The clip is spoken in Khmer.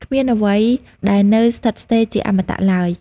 គ្មានអ្វីដែលនៅស្ថិតស្ថេរជាអមតៈឡើយ។